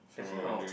that's why our